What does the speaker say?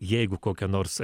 jeigu kokia nors